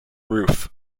roof